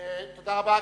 תודה רבה.